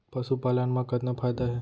पशुपालन मा कतना फायदा हे?